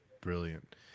brilliant